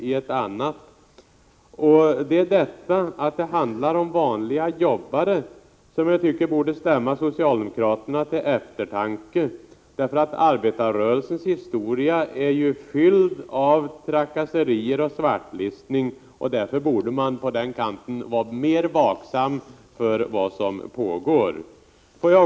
Det är det faktum att det handlar om vanliga jobbare som jag tycker borde stämma socialdemokraterna till eftertanke. Arbetarrörelsens historia är fylld av trakasserier och svartlistning. Därför borde man på den kanten vara mer vaksam mot vad som pågår.